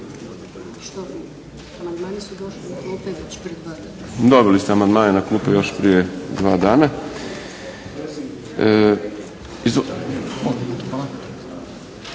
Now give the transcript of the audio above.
Dobili ste amandmane na klupe još prije dva dana.